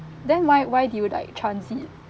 then why why do you like transit